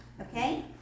Okay